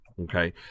okay